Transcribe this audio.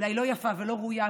אולי לא יפה ולא ראויה,